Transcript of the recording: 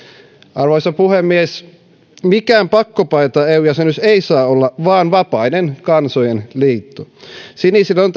arvoisa puhemies mikään pakkopaita eu jäsenyys ei saa olla vaan vapaiden kansojen liitto sinisille on